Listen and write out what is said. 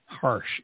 harsh